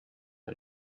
her